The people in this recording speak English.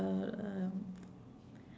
um